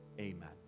amen